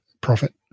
profit